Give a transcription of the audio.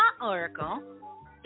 Oracle